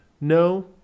No